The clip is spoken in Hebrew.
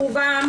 כמובן,